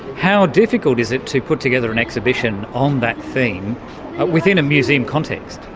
how difficult is it to put together an exhibition on that theme within a museum context?